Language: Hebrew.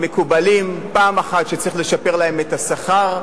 מקובלים: 1. שצריך לשפר להם את השכר,